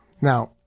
Now